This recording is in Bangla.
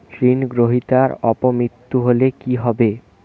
ঋণ গ্রহীতার অপ মৃত্যু হলে কি হবে?